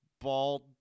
bald